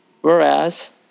whereas